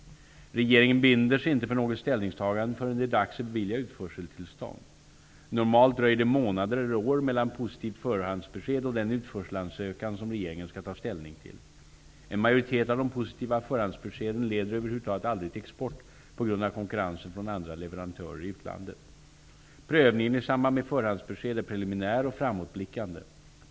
Regeringen binder sig inte för något ställningstagande förrän det är dags att bevilja utförseltillstånd. Normalt dröjer det månader eller år mellan positivt förhandsbesked och den utförselansökan som regeringen skall ta ställning till. En majoritet av de positiva förhandsbeskeden leder över huvud taget aldrig till export på grund av konkurrensen från andra leverantörer i utlandet. Prövningen i samband med förhandsbesked är preliminär och framåtblickande.